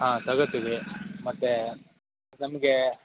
ಹಾಂ ತಗೋತೀವಿ ಮತ್ತು ನಮ್ಗೆ